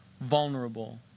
vulnerable